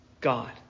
God